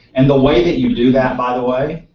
and the way that you do that by the way